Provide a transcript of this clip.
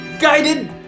guided